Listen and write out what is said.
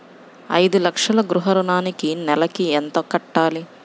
ఐదు లక్షల గృహ ఋణానికి నెలకి ఎంత కట్టాలి?